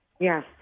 Yes